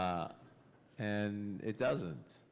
and it doesn't,